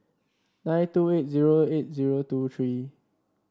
nine two eight zero eight zero two three